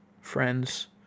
friends